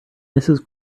mrs